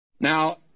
Now